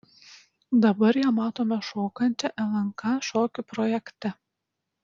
dabar ją matome šokančią lnk šokių projekte